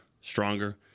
stronger